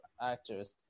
actors